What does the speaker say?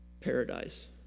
paradise